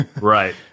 Right